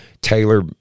Taylor